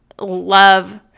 love